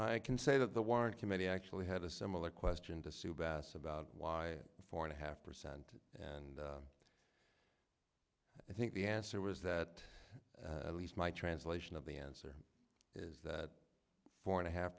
i can say that the warren committee actually had a similar question to sue bass about why four and a half percent and i think the answer was that at least my translation of the answer is that four and a half